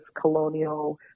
colonial